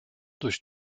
durch